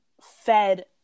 fed